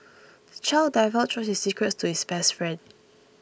the child divulged all his secrets to his best friend